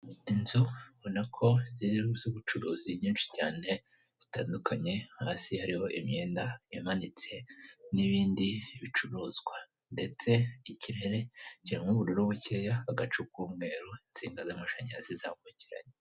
Inzu ubonako zirimo iz'ubucuruzi nyinshi cyane zitandukanye hasi hariho imyenda imanitse n'ibindi bicuruzwa, ndetse ikirere kirimo ubururu bukeya agacu kumweru, insinga z'amashanyarazi zambukiranya.